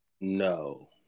No